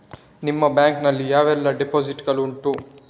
ನಿಮ್ಮ ಬ್ಯಾಂಕ್ ನಲ್ಲಿ ಯಾವೆಲ್ಲ ಡೆಪೋಸಿಟ್ ಗಳು ಉಂಟು?